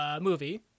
movie